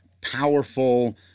powerful